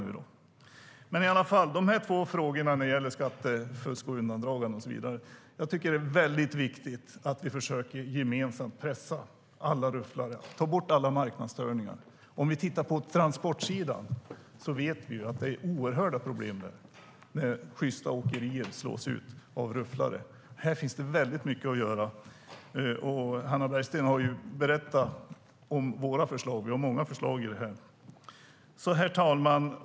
När det gäller de två frågorna om skattefusk och undandragande är det väldigt viktigt att vi gemensamt försöker pressa alla rufflare och ta bort alla marknadsstörningar. På transportsidan vet vi att det är oerhörda problem när sjysta åkerier slås ut av rufflare. Här finns det väldigt mycket att göra. Hannah Bergstedt har ju berättat om våra förslag. Vi har många förslag i det här. Herr talman!